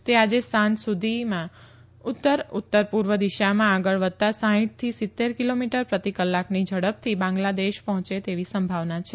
તે આજે સાંજ સુધીમાં ઉત્તર ઉત્તરપૂર્વ દિશામાં આગળ વધતા સાઇઠથી સિત્તેર કિલોમીટર પ્રતિકલાકની ઝડપથી બાંગ્લાદેશ પહોંચે તેવી સંભાવના છે